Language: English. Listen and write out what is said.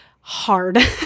hard